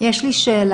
יש לי שאלה,